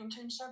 internship